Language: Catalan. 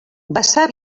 vessar